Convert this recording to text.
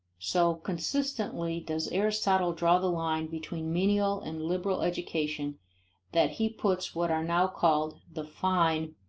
so consistently does aristotle draw the line between menial and liberal education that he puts what are now called the fine